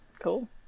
Cool